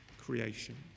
creation